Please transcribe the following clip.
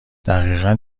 دقیقا